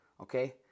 okay